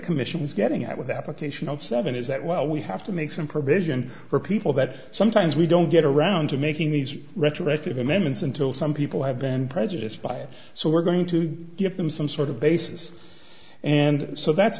commission's getting at with the application of seven is that well we have to make some provision for people that sometimes we don't get around to making these retroactive amendments until some people have been prejudiced by it so we're going to give them some sort of basis and so th